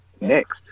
next